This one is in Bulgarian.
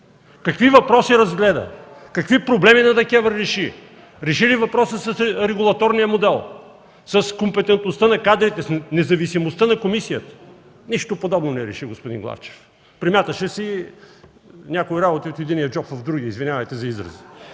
Какви въпроси разгледа? Какви проблеми на ДКЕВР реши? Реши ли въпроса с регулаторния модел, с компетентността на кадрите, с независимостта на комисията? Нищо подобно не реши господин Главчев! Премяташе си някои работи от единия джоб в другия. Извинявайте за израза!